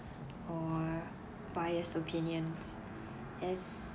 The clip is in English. or biased opinions as